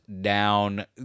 down